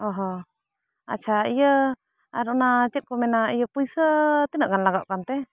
ᱚ ᱦᱚᱸ ᱟᱪᱪᱷᱟ ᱤᱭᱟᱹ ᱟᱨ ᱚᱱᱟ ᱪᱮᱫ ᱠᱚ ᱢᱮᱱᱟ ᱤᱭᱟᱹ ᱯᱩᱭᱥᱟᱹ ᱛᱤᱱᱟᱹᱜ ᱜᱟᱱ ᱞᱟᱜᱟᱜ ᱠᱟᱱᱛᱮ